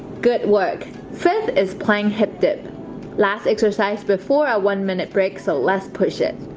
good work friends is playing hip dip last exercise before a one-minute break. so let's push it